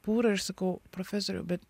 pūrą ir sakau profesoriau bet